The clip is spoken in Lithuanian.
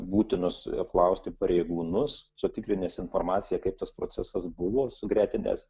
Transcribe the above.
būtinus apklausti pareigūnus sutikrinęs informaciją kaip tas procesas buvo sugretinęs